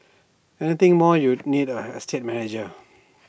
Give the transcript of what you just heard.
anything more you need an estate manager